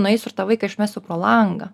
nueisiu ir tą vaiką išmesiu pro langą